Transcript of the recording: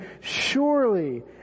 Surely